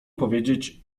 powiedzieć